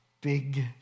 big